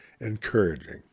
encouraging